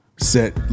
set